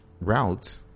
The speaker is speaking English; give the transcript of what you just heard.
route